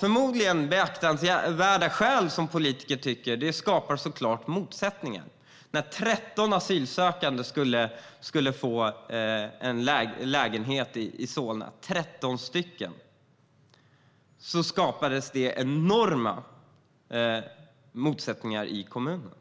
förmodligen av behjärtansvärda skäl enligt politikerna, skapas såklart motsättningar. När 13 asylsökande skulle få lägenheter i Solna skapades det enorma motsättningar i kommunen.